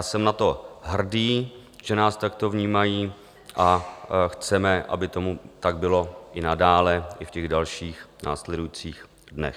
Jsem na to hrdý, že nás takto vnímají, a chceme, aby tomu tak bylo i nadále, i v dalších, následujících dnech.